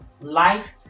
life